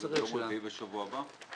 ביום רביעי בשבוע הבא?